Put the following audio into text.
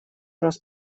раз